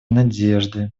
надежды